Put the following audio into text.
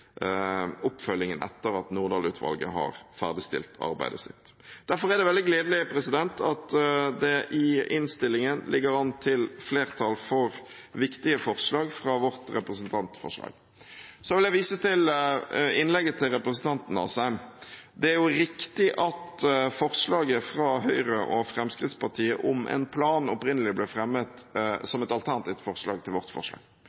oppfølgingen etter at Nordahl-utvalget har ferdigstilt arbeidet sitt. Derfor er det veldig gledelig at det i innstillingen ligger an til flertall for viktige forslag fra vårt representantforslag. Så vil jeg vise til innlegget til representanten Asheim. Det er riktig at forslaget fra Høyre og Fremskrittspartiet om en plan opprinnelig ble fremmet som et alternativt forslag til vårt forslag.